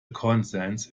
consensus